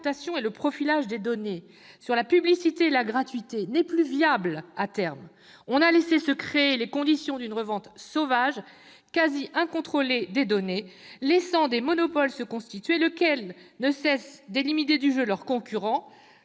et le profilage des données, sur la publicité et la gratuité, n'est plus viable à terme ; on a laissé se créer les conditions d'une revente sauvage, quasi incontrôlée, des données, laissant des monopoles se constituer, lesquels ne cessent d'éliminer du jeu leurs concurrents,